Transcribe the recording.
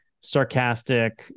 sarcastic